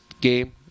game